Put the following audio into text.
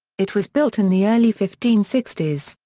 it was built in the early fifteen sixty s,